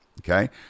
Okay